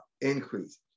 increase